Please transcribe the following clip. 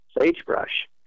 sagebrush